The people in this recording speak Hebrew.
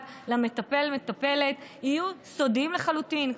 למטפל או למטפלת יהיה סודי לחלוטין,